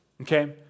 Okay